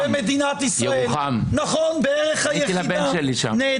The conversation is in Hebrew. נכון, בערך היחידה.